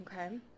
okay